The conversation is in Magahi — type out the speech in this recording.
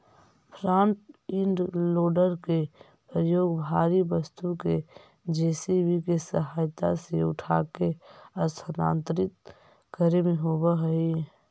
फ्रन्ट इंड लोडर के प्रयोग भारी वस्तु के जे.सी.बी के सहायता से उठाके स्थानांतरित करे में होवऽ हई